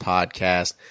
Podcast